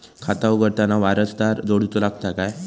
खाता उघडताना वारसदार जोडूचो लागता काय?